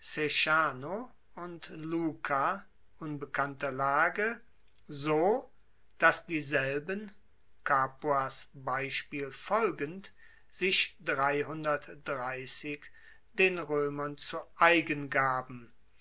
und luca unbekannter lage so dass dieselben capuas beispiel folgend sich den roemern zu eigen gaben